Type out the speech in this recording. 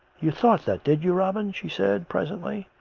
you thought that, did you, robin? she said presently,